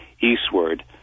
eastward